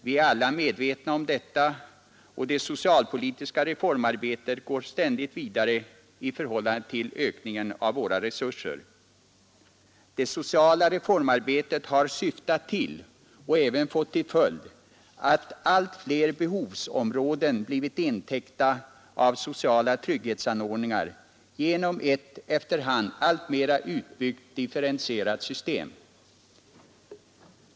Vi är alla medvetna om detta, och det socialpolitiska reformarbetet går ständigt vidare i takt med ökningen av våra resurser. Det sociala reformarbetet har syftat till, och även fått till följd, att allt fler behovsområden blivit intäckta av sociala trygghetsanordningar genom ett efter hand alltmera utbyggt differentierat system.